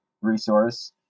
resource